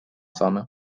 saame